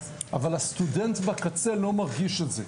אבל הסטודנט בקצה לא מרגיש את זה.